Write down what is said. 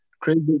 Crazy